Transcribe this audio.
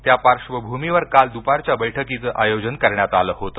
त्या पार्श्वभूमीवर काल दुपारच्या बैठकीचं आयोजन करण्यात आलं होतं